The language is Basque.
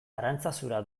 arantzazura